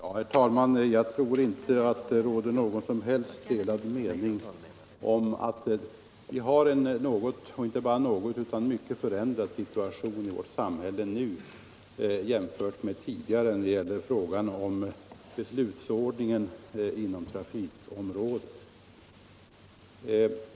Herr talman! Jag tror inte att det råder några som helst delade meningar om att vi har en mycket förändrad situation i vårt samhälle när det gäller beslutsordningen inom trafikområdet.